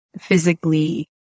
physically